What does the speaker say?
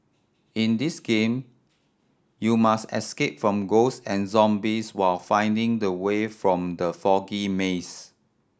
in this game you must escape from ghost and zombies while finding the way out from the foggy maze